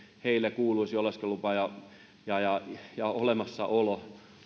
heille kuuluisi oleskelulupa ja ja olemassaolo